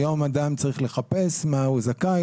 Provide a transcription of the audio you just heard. היום אדם צריך לחפש למה הוא זכאי,